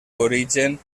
origen